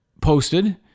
posted